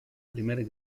primer